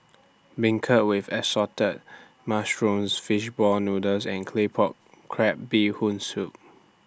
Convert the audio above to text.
Beancurd with Assorted Mushrooms Fish Ball Noodles and Claypot Crab Bee Hoon Soup